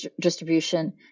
distribution